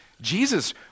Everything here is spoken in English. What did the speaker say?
Jesus